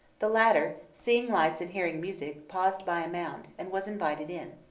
the latter, seeing lights and hearing music, paused by a mound, and was invited in.